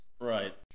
Right